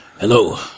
hello